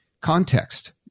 context